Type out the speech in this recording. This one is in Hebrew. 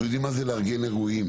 אנחנו יודעים איך לארגן אירועים.